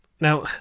Now